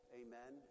amen